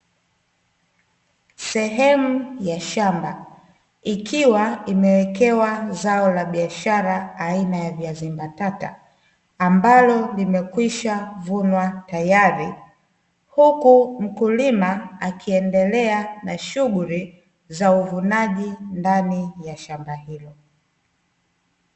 Sehemu ya shamba ikiwa imewekewa zao la biashara aina ya viazi mbatata ambalo limekwishavunwa tayari, huku mkulima akiendelea na shughuli za uvunaji ndani ya shamba hilo.